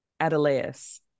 Adelaus